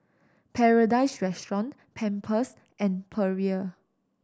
Paradise Restaurant Pampers and Perrier